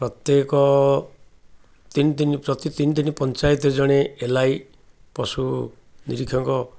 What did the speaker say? ପ୍ରତ୍ୟେକ ତିନିି ପ୍ରତି ତିନି ତିନି ପଞ୍ଚାୟତ ଜଣେ ଏଲ୍ ଆଇ ପଶୁ ନିରୀକ୍ଷକ